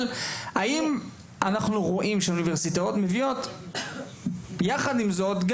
אבל האם אנחנו רואים שהאוניברסיטאות מביאות יחד עם זאת,